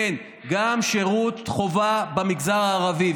כן, גם שירות חובה במגזר הערבי.